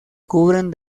cubren